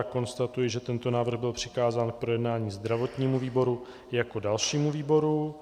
Konstatuji, že tento návrh byl přikázán k projednání zdravotnímu výboru jako dalšímu výboru.